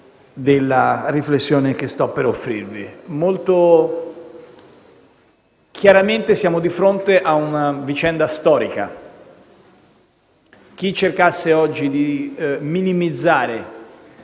della riflessione che sto per offrirvi. Molto chiaramente siamo di fronte ad una vicenda storica. Chi cercasse oggi di minimizzare